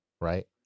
right